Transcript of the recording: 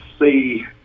see